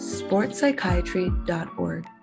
sportspsychiatry.org